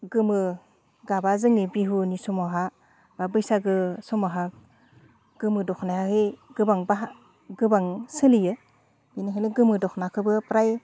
गोमो गाबा जोंनि बिहुनि समावहा बा बैसागु समावहा गोमो दखनायाहै गोबां सोलियो बेनिखायनो गोमो दखनाखौबो प्राय